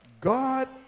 God